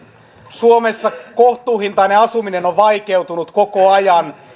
suomessa kohtuuhintainen asuminen on vaikeutunut koko ajan